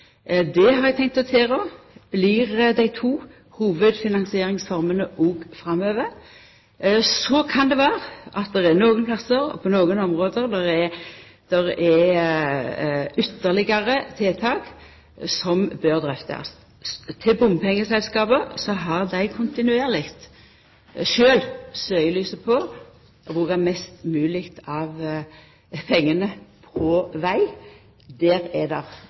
Det har eg tenkt å tilrå skal bli dei to hovudfinansieringsformene framover. Så kan det vera at det på nokre plassar og på nokre område er ytterlagare tiltak som bør drøftast. Bompengeselskapa har sjølve kontinuerleg søkjelyset på å bruka mest mogleg av pengane på veg. Der er det